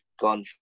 gone